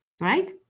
right